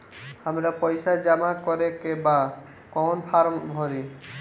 हमरा पइसा जमा करेके बा कवन फारम भरी?